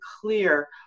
clear